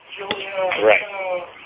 Right